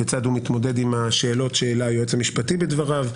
כיצד הוא מתמודד עם השאלות שהעלה היועץ המשפטי בדבריו,